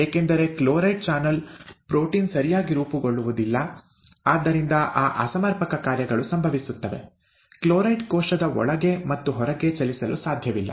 ಏಕೆಂದರೆ chloride channel protein ಸರಿಯಾಗಿ ರೂಪುಗೊಳ್ಳುವುದಿಲ್ಲ ಆದ್ದರಿಂದ ಆ ಅಸಮರ್ಪಕ ಕಾರ್ಯಗಳು ಸಂಭವಿಸುತ್ತವೆ ಕ್ಲೋರೈಡ್ ಕೋಶದ ಒಳಗೆ ಮತ್ತು ಹೊರಗೆ ಚಲಿಸಲು ಸಾಧ್ಯವಿಲ್ಲ